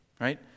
right